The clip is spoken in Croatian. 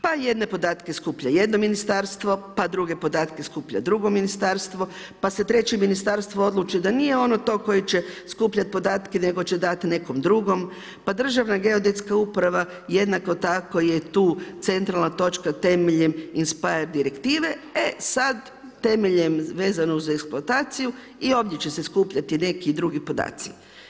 Pa jedne podatke skuplja jedno ministarstvo, pa druge podatke skuplja drugo ministarstvo, pa se treće ministarstvo odluči da nije ono to koje će skupljat podatke nego će dati nekom drugom, pa Državna geodetska uprava jednako tako je tu centralna točka temeljem im spaja direktive, e sada temeljem vezano uz eksploataciju i ovdje će se skupljati neki drugi podaci.